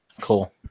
cool